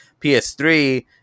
PS3